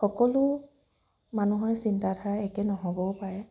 সকলো মানুহৰে চিন্তা ধাৰা একে নহ'বও পাৰে